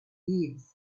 years